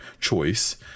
choice